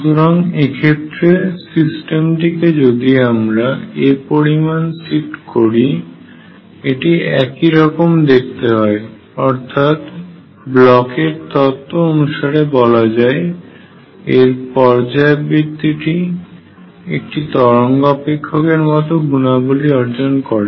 সুতরাং এক্ষেত্রে সিস্টেমটিকে যদি আমরা a পরিমান শিফট করি এটি একই রকম দেখতে হয় অর্থাৎ ব্লকের তত্ত্বBlochs theorem অনুসারে বলা যায় এর পর্যায়বৃত্তিটি একটি তরঙ্গ অপেক্ষকের মতো গুণাবলি অর্জন করে